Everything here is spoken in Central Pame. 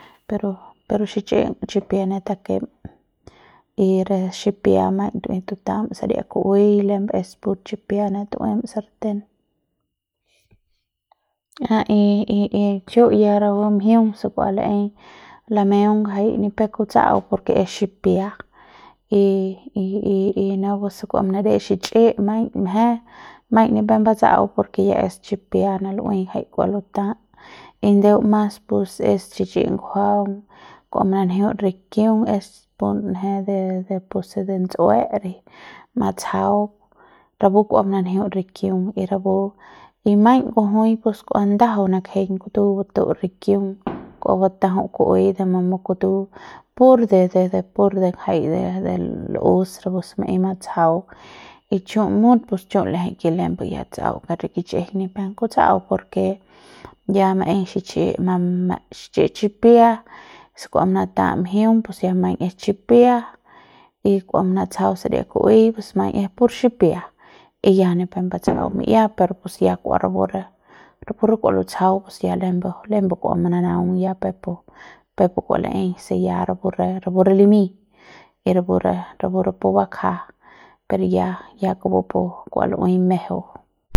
Pero pero xich'i chipia ne takem y re xipia maiñ tu'ui tutam saria ku'uei lem es pur chupia ne tu'um sarten a y y y chu ya rapu mjiung se kua la'ei lameung ngjai ni pep kutsa'au por ke es xipia y y y y napu se kua manadets xich'i maiñ mje maiñ ni pep batsa'au por ke ya es xipia ne lu'ui ngjai kua lutá y ndeu mas pus es xich'i ngujuaung kua mananjiuts rikiung es pun je de de pu se de ts'ue matsjau rapu kua mananjiuts rikiung y rapu y maiñ kujui pus kua ndajau nakejeiñ kutu batu'ut rikiung kua batjau ku'uei de mamu kutu pur de de pur de ngjai de de l'us rapu se maei matsjau y chu mut pus chu l'ejei ke lembe ya ts'au ke re kich'ijiñ ni pep kutsa'au por ke ya maei xich'i ma ma xich'i chipia se'ua manata mjiung pus ya maiñ es chipia y kua manatsjau saria ku'ui maiñ es pur xipia y ya ni pep batsau mi'ia per ya es kua rapu re rapu re kua lutsjau pus ya lembu lembu kua mananaung ya pepu pepu kua laei si ya rapu re rapu re limiñ y rapu re rapu re pu bakja per ya ya kupu kua lu'ui mejeu.